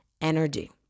energy